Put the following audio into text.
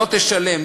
לא תשלם,